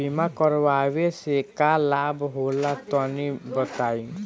बीमा करावे से का लाभ होला तनि बताई?